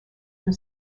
from